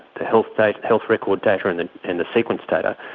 the health like health record data and the and the sequence data,